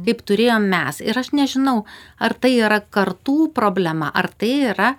kaip turėjom mes ir aš nežinau ar tai yra kartų problema ar tai yra